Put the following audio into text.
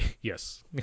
yes